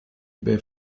ebay